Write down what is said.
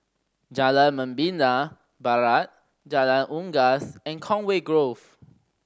Jalan Membina Barat Jalan Unggas and Conway Grove